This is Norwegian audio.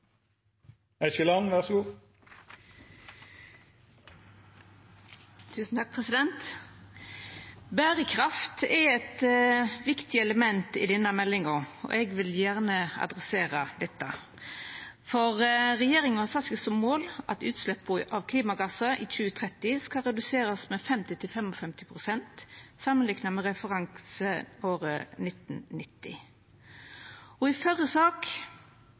Berekraft er eit viktig element i denne meldinga, og eg vil gjerne adressera dette, for regjeringa har sett seg som mål at utsleppa av klimagassar i 2030 skal vera reduserte med 50–55 pst. samanlikna med referanseåret 1990. I den førre saka drøfta me på kva måte me kunne nå desse måla. I